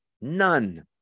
None